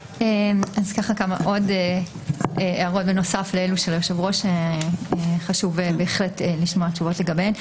עוד הערות שחשוב בהחלט לשמוע תשובות לגביהן,